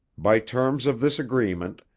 by terms of this agreement,